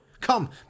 Come